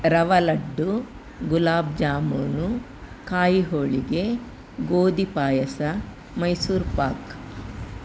ರವಾ ಲಡ್ಡು ಗುಲಾಬ್ ಜಾಮೂನು ಕಾಯಿ ಹೋಳಿಗೆ ಗೋಧಿ ಪಾಯಸ ಮೈಸೂರು ಪಾಕ್